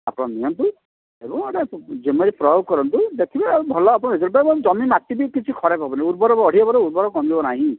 ଆପଣ ନିଅନ୍ତୁ ଏବଂ ଏଇଟା ଜମିରେ ପ୍ରୟୋଗ କରନ୍ତୁ ଦେଖିବେ ଆଉ ଭଲ ଆପଣଙ୍କର ରେଜଲ୍ଟ ହେବ ଏବଂ ଜମିର ମାଟି ବି କିଛି ଖରାପ ହେବନି ଉର୍ବର ବଢ଼ିବ ବରଂ ଉର୍ବର କମିବ ନାହିଁ